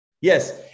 Yes